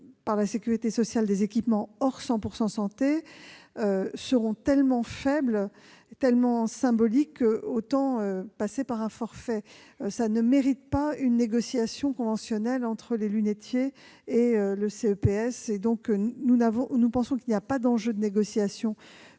par la sécurité sociale des équipements hors « 100 % santé » seront tellement faibles et symboliques qu'il est préférable de passer par un forfait. Cela ne mérite pas une négociation conventionnelle entre les lunettiers et le CEPS. Nous pensons qu'il n'y a pas d'enjeu de négociation